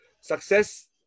success